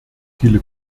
viele